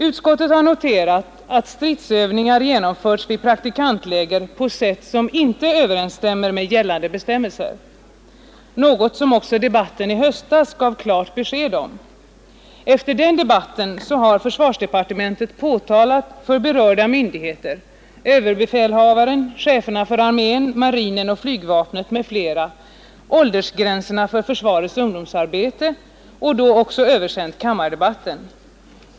Utskottet har noterat att stridsövningar genomförts vid praktikantläger på sätt som inte överensstämmer med gällande bestämmelser — något som också debatten i höstas gav klart besked om. Efter den debatten har försvarsdepartementet för berörda myndigheter — överbefälhavaren, cheferna för armén, marinen och flygvapnet m.fl. — påtalat åldersgränserna för försvarets ungdomsarbete och då också översänt protokoll från kammardebatten.